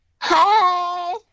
Hi